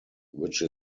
which